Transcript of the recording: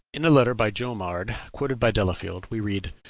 in a letter by jomard, quoted by delafield, we read,